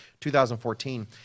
2014